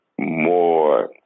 more